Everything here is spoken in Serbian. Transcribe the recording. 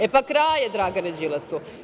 E, pa kraj je Dragane Đilasu.